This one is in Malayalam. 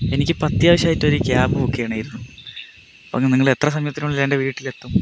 എനിക്കിപ്പം അത്യാവശ്യമായിട്ട് ഒര് ക്യാബ് ബുക്ക് ചെയ്യണമായിരുന്നു ഒന്ന് നിങ്ങള് എത്ര സമയത്തിനുള്ളില് എൻ്റെ വീട്ടിലെത്തും